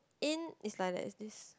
in is like that is this